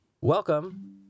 welcome